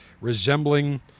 resembling